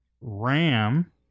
Ram